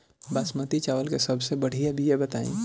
बासमती चावल के सबसे बढ़िया बिया बताई?